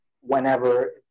whenever